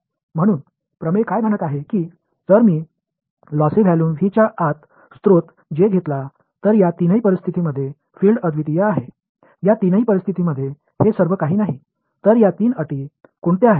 எனவே தேற்றம் என்ன சொல்கிறது நான் ஒரு மூலம் J ஐ எடுத்துக் கொண்டால் ஒரு லாசி கொள்ளளவு V க்குள் இந்த மூன்று நிபந்தனைகளில் ஏதேனும் ஒன்றின் கீழ் புலங்கள் தனித்துவமானது இது இந்த மூன்று நிபந்தனைகளில் ஒன்றல்ல